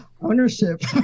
ownership